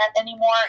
anymore